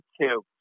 two